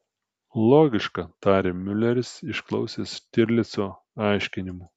logiška tarė miuleris išklausęs štirlico aiškinimų